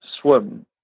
swim